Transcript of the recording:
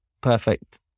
perfect